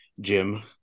Jim